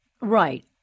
Right